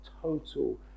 total